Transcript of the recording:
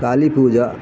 Kali Puja